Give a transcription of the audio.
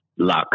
luck